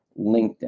LinkedIn